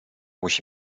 musi